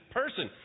person